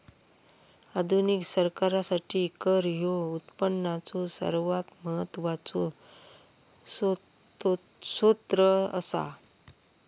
आधुनिक सरकारासाठी कर ह्यो उत्पनाचो सर्वात महत्वाचो सोत्र असा